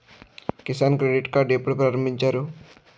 Kisan credit card ఎప్పుడు ప్రారంభించారు?